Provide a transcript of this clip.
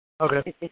Okay